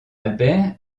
albert